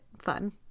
fun